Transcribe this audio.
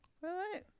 right